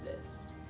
exist